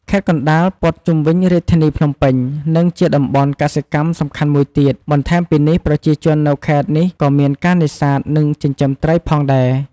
ខេត្តកណ្ដាល ព័ទ្ធជុំវិញរាជធានីភ្នំពេញ និងជាតំបន់កសិកម្មសំខាន់មួយទៀត បន្ថែមពីនេះប្រជាជននៅខេត្តនេះក៏មានការនេសាទ និងចិញ្ចឹមត្រីផងដែរ។